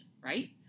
right